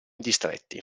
distretti